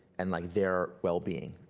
and like their well-being.